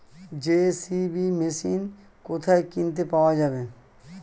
JCB machine কোথায় কিনতে পাওয়া যাবে?